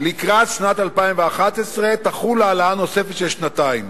לקראת שנת 2011, תחול העלאה נוספת, של שנתיים.